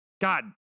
God